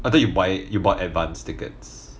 I thought you buy you bought advanced tickets